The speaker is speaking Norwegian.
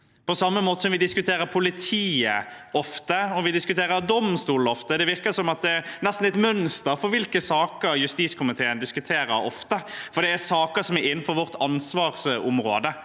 på samme måte som vi diskuterer politiet ofte, og vi diskuterer domstolene ofte. Det virker som det nesten er et mønster for hvilke saker justiskomiteen diskuterer ofte, for det er saker som er innenfor vårt ansvarsområde.